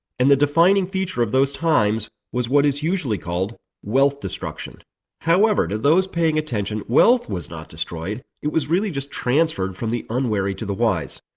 and the defining feature of those times was what is usually called wealth destruction however to those paying attention, wealth was not destroyed, it was really just transferred from the unwary to the wise.